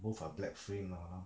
both are black frame mah